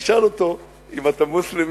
נשאל אותו אם אתה מוסלמי,